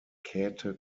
käthe